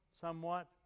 somewhat